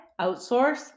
outsource